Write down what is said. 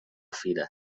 fira